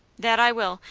that i will.